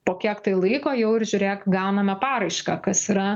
po kiek tai laiko jau ir žiūrėk gauname paraišką kas yra